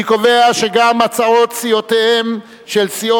אני קובע שגם הצעת סיעות רע"ם-תע"ל,